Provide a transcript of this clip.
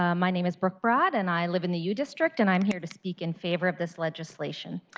ah my name is brooke brad, and i live in the u district, and i'm here to speak in favor of this legislation,